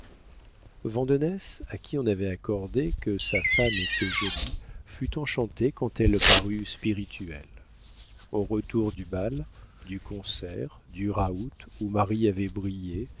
l'enhardit vandenesse à qui on avait accordé que sa femme était jolie fut enchanté quand elle parut spirituelle au retour du bal du concert du rout où marie avait brillé